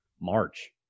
March